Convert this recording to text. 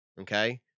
okay